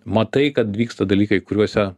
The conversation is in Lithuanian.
matai kad vyksta dalykai kuriuose